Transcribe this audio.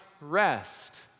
rest